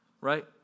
right